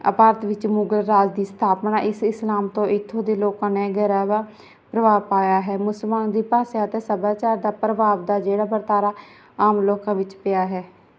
ਆ ਭਾਰਤ ਵਿੱਚ ਮੁਗਲ ਰਾਜ ਦੀ ਸਥਾਪਨਾ ਇਸ ਇਸਲਾਮ ਤੋਂ ਇਥੋਂ ਦੇ ਲੋਕਾਂ ਨੇ ਗਹਿਰਾ ਵਾ ਪ੍ਰਭਾਵ ਪਾਇਆ ਹੈ ਮੁਸਲਮਾਨ ਦੀ ਭਾਸ਼ਾ ਅਤੇ ਸੱਭਿਆਚਾਰ ਦਾ ਪ੍ਰਭਾਵ ਦਾ ਜਿਹੜਾ ਵਰਤਾਰਾ ਆਮ ਲੋਕਾਂ ਵਿੱਚ ਪਿਆ ਹੈ